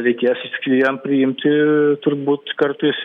reikės jam priimti turbūt kartais